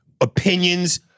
opinions